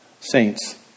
Saints